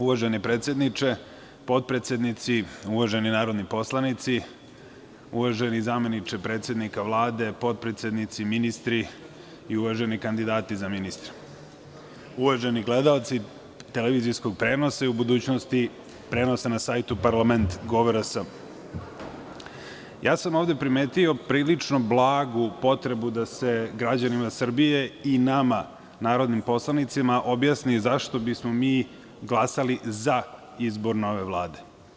Uvaženi predsedniče, potpredsednici, uvaženi narodni poslanici, uvaženi zameniče predsednika Vlade, potpredsednici, ministri i uvaženi kandidati za ministre, uvaženi gledaoci televizijskog prenosa i u budućnosti prenosa na sajtu , ovde sam primetio prilično blagu potrebu da se građanima Srbije i nama narodnim poslanicima objasni zašto bismo mi glasali za izbor nove Vlade.